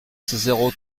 zéro